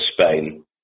Spain